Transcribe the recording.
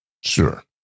Sure